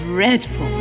Dreadful